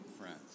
friends